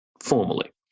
formally